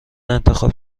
انتخاب